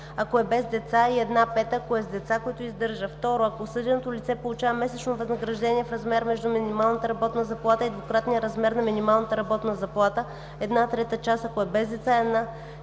ако е без деца, и една пета, ако е с деца, които издържа; 2. ако осъденото лице получава месечно възнаграждение в размер между минималната работна залата и двукратния размер на минималната работна заплата – една трета част, ако е без деца, и една